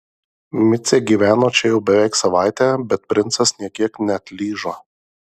micė gyveno čia jau beveik savaitę bet princas nė kiek neatlyžo